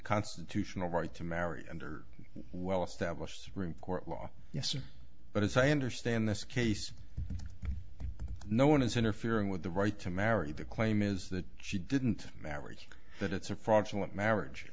constitutional right to marry under well established supreme court law yes but as i understand this case no one is interfering with the right to marry the claim is that she didn't marry but it's a fraudulent marriage